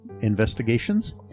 investigations